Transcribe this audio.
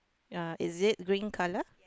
ya is it green colour